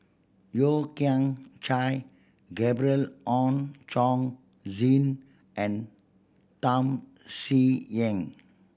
Yeo Kian Chai Gabriel Oon Chong Jin and Tham Sien Yen